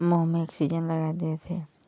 मुंह में ऑक्सीजन लगा दिए थे